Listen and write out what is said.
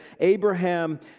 Abraham